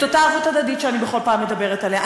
את אותה ערבות הדדית שאני בכל פעם מדברת עליה.